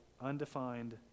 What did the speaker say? undefined